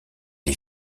les